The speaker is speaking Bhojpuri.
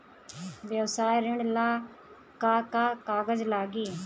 व्यवसाय ऋण ला का का कागज लागी?